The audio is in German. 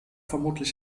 vermutlich